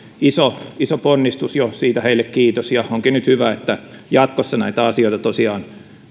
iso iso ponnistus siitä heille kiitos ja onkin hyvä että nyt jatkossa näitä asioita tosiaan